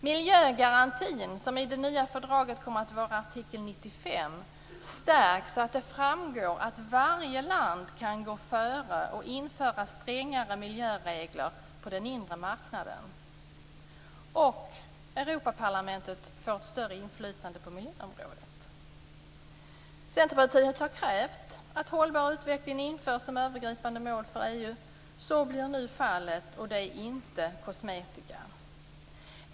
Miljögarantin, som i det nya fördraget kommer att vara artikel 95, stärks så att det framgår att varje land kan gå före och införa strängare miljöregler på den inre marknaden. Och Europaparlamentet får ett större inflytande på miljöområdet. Centerpartiet har krävt att en hållbar utveckling införs som övergripande mål för EU. Så blir nu fallet, och det är inte kosmetika.